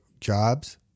jobs